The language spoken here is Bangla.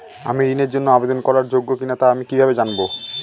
আমি ঋণের জন্য আবেদন করার যোগ্য কিনা তা আমি কীভাবে জানব?